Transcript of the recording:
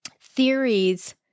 theories